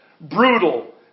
brutal